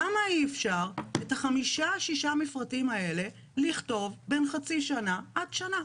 למה אי אפשר את ה-5-6 מפרטים האלה לכתוב בין חצי שנה עד שנה?